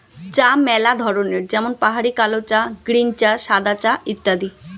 চা ম্যালা ধরনের যেমন পাহাড়ি কালো চা, গ্রীন চা, সাদা চা ইত্যাদি